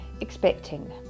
expecting